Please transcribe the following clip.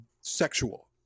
sexual